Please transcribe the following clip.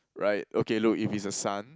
right okay look if it's a son